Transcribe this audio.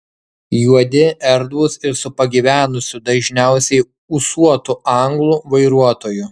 juodi erdvūs ir su pagyvenusiu dažniausiai ūsuotu anglu vairuotoju